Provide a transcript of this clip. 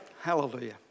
Hallelujah